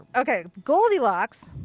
okay. goldilocks,